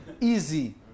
easy